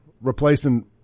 replacing